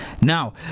Now